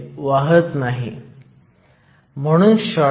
तर आपण forward bias current आणि रिव्हर्स सॅचुरेशन करंटची काही गणना देखील करू